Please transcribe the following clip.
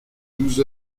douze